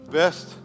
best